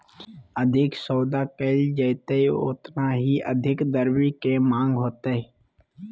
अधिक सौदा कइल जयतय ओतना ही अधिक द्रव्य के माँग होतय